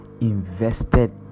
invested